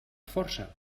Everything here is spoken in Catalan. força